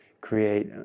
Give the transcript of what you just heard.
create